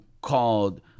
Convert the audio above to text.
called